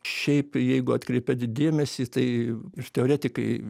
šiaip jeigu atkreipėt dėmesį tai ir teoretikai